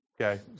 Okay